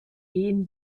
ehen